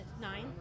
nine